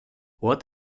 what